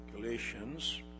Galatians